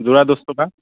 যোৰা দহ টকা